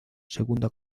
segunda